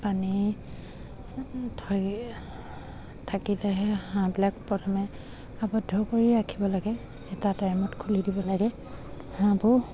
পানী থৈ থাকিলেহে হাঁহবিলাক প্ৰথমে আবদ্ধ কৰি ৰাখিব লাগে এটা টাইমত খুলি দিব লাগে হাঁহবোৰ